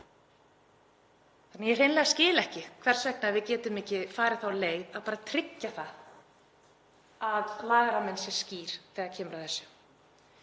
Ég hreinlega skil ekki hvers vegna við getum ekki farið þá leið að bara tryggja það að lagaramminn sé skýr þegar kemur að þessu.